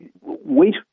wait